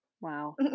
Wow